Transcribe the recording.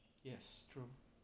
yes true